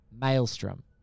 Maelstrom